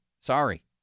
Sorry